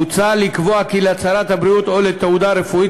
מוצע לקבוע כי להצהרת הבריאות או לתעודה רפואית,